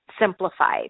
simplified